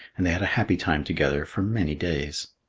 and they had a happy time together for many days.